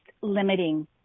limiting